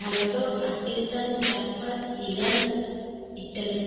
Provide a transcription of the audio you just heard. Bharat Pakistan Japan Iran Italy